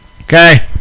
Okay